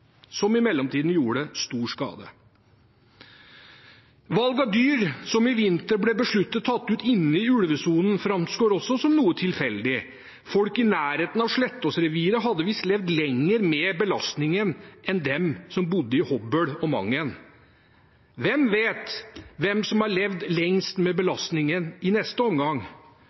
som i mellomtiden gjorde stor skade. Valg av dyr som i vinter ble besluttet tatt ut inne i ulvesonen, framstår også som noe tilfeldig. Folk i nærheten av Slettås-reviret hadde visst levd lenger med belastningen enn dem som bor i Hobøl og Mangen. Hvem vet hvem som har levd lengst med belastningen i neste omgang?